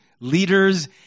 leaders